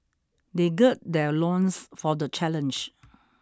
they gird their loins for the challenge